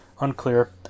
Unclear